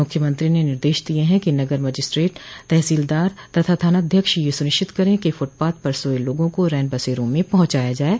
मुख्यमंत्री ने निर्देश दिये हैं कि नगर मजिस्ट्रेट तहसीलदार तथा थानाध्यक्ष यह सुनिश्चित करे कि फुथपाथ पर सोये लोगों को रैन बसेरों में पहुंचाया जाये